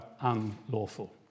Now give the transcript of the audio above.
unlawful